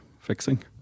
fixing